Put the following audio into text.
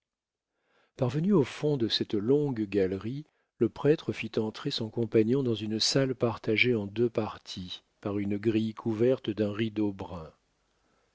parvenus au fond de cette longue galerie le prêtre fit entrer son compagnon dans une salle partagée en deux parties par une grille couverte d'un rideau brun